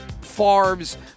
Favre's